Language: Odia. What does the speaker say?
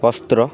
ବସ୍ତ୍ର